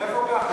איפה כחלון?